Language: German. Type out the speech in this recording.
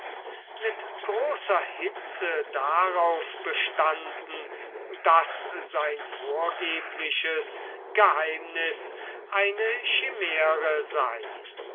mit großer hitze darauf bestunden daß sein vorgebliches geheimnis eine schimäre sei